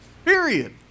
Period